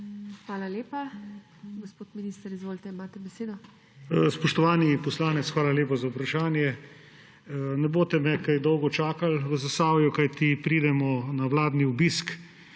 Hvala lepa. Gospod minister, izvolite, imate besedo. MAG. ANDREJ VIZJAK: Spoštovani poslanec, hvala lepa za vprašanje. Ne boste me kaj dolgo čakali v Zasavju, kajti pridemo na vladni obisk